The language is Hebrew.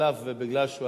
כן, כן, אבל דילגנו עליו.